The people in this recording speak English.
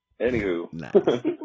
Anywho